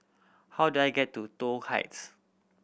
how do I get to Toh Heights